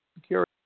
security